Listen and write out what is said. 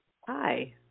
Hi